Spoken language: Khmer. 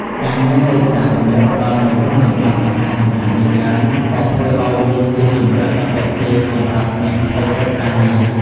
ការងារនៅផ្សារទំនើបផ្ដល់នូវគុណសម្បត្តិសំខាន់ៗជាច្រើន ដែលធ្វើឲ្យវាជាជម្រើសដ៏ទាក់ទាញសម្រាប់អ្នកស្វែងរកការងារ។